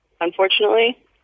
unfortunately